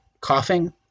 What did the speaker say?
coughing